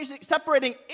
separating